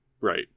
right